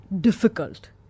difficult